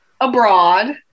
abroad